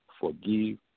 Forgive